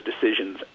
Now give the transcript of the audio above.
decisions